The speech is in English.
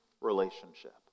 relationship